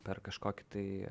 per kažkokį tai